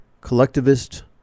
collectivist